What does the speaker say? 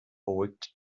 beruhigte